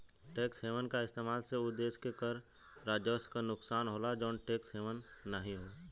tax haven क इस्तेमाल से उ देश के कर राजस्व क नुकसान होला जौन टैक्स हेवन नाहीं हौ